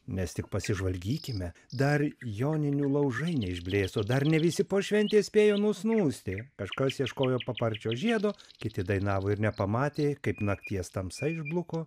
mes tik pasižvalgykime dar joninių laužai neišblėso dar ne visi po šventės spėjo nusnūsti kažkas ieškojo paparčio žiedo kiti dainavo ir nepamatė kaip nakties tamsa išbluko